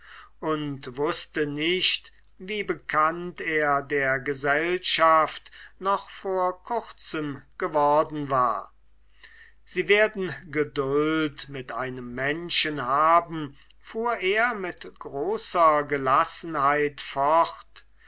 und wußte nicht wie bekannt er der gesellschaft noch vor kurzem geworden war sie werden geduld mit einem menschen haben fuhr er mit großer gelassenheit fort